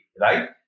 right